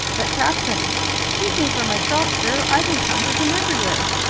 but captain speaking for myself, sir, i've encountered them everywhere.